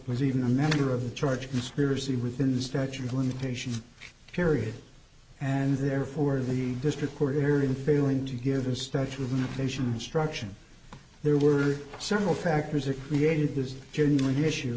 was even a member of the church conspiracy rippin the statute of limitations period and therefore the district court here in failing to give the statute of limitations struction there were several factors or created this genuine issue